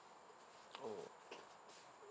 okay